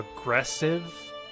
aggressive